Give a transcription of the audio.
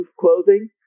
clothing